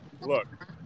Look